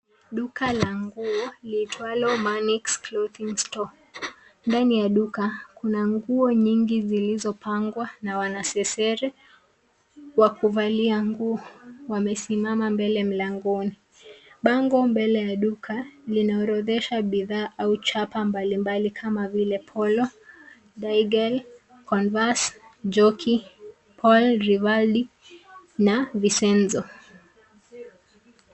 Duka la nguo liitwalo Manix Clothing Store. Ndani ya duka kuna nguo nyingi zilizopangwa na wanasesere wa kuvalia nguo wamesimama mbele mlangoni. Bango mbele ya duka linaorodhesha bidhaa au chapa mbalimbali kama vile Polo, Digel, Converse, Jockey, Paul Rivaldi na Vicenzo.